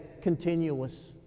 continuous